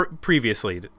previously